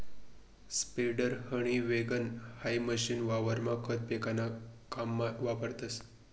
spreader, honey wagon हाई machine वावरमा खत फेकाना काममा वापरतस